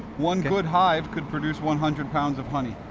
one good hive could produce one hundred pounds of honey,